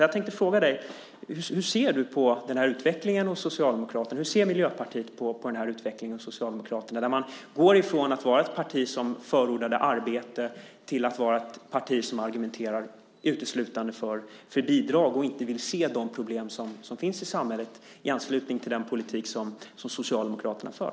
Jag tänkte fråga dig: Hur ser du på den utvecklingen hos Socialdemokraterna? Hur ser Miljöpartiet på den här utvecklingen hos Socialdemokraterna, när man går från att vara ett parti som förordat arbete till att vara ett parti som argumenterar uteslutande för bidrag och inte vill se de problem som finns i samhället i anslutning till den politik som man för?